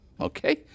okay